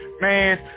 man